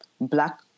Black